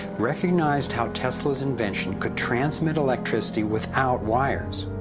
recognized how tesla's invention could transmit electricity without wires.